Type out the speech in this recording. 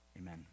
amen